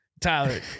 tyler